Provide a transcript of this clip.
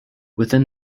within